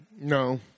No